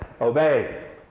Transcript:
obey